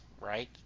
right